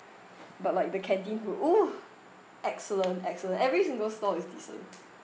but like the canteen food oo excellent excellent every single stall is decent